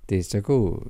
tai sakau